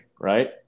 right